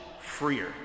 freer